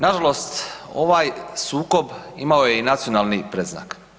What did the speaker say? Nažalost ovaj sukob imao je i nacionalni predznak.